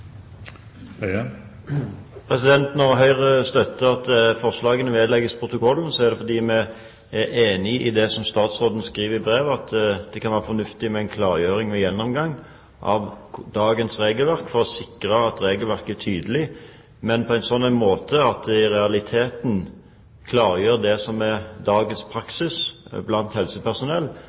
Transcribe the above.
Når Høyre støtter vedtaket at forslagene vedlegges protokollen, er det fordi vi er enig i det statsråden skriver i brevet. Det kan være fornuftig med en klargjøring og gjennomgang av dagens regelverk for å sikre at regelverket er tydelig, men på en slik måte at det i realiteten klargjør det som er dagens praksis blant helsepersonell,